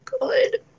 good